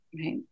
Right